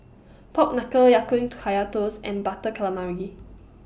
Pork Knuckle Ya Kun Kaya Toast and Butter Calamari